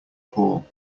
paul